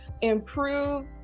improve